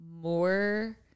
more